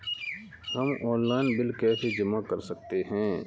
हम online bill कैसे जमा कर सकते हैं?